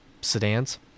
sedans